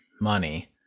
money